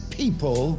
people